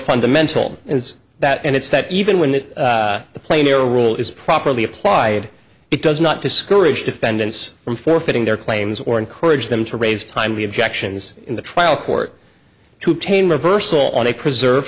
fundamental is that and it's that even when the player rule is properly applied it does not discourage defendants from forfeiting their claims or encourage them to raise timely objections in the trial court to tame reversal on a preserve